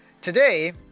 today